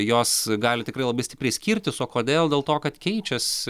jos gali tikrai labai stipriai skirtis o kodėl dėl to kad keičiasi